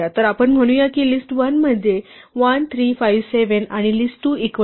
तर आपण म्हणूया कि list 1 म्हणजे 1 3 5 7 आणि list 2 इक्वल टू list 1